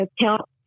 tell